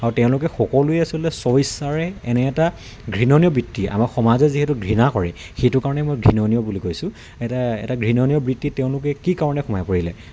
আৰু তেওঁলোকে সকলোৱে আচলতে স্বইচ্ছাৰে এনে এটা ঘৃণনীয় বৃত্তি আমাৰ সমাজে যিহেতু ঘৃণা কৰে সেইটো কাৰণে মই ঘৃণনীয় বুলি কৈছোঁ এটা এটা ঘৃণনীয় বৃত্তিত তেওঁলোকে কি কাৰণে সোমাই পৰিলে